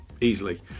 Easily